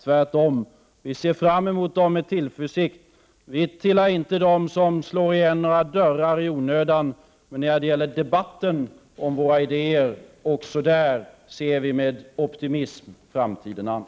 Tvärtom ser vi fram mot dem med tillförsikt. Vi tillhör inte dem som slår igen några dörrar i onödan. Och när det gäller debatten om våra idéer ser vi med optimism framtiden an.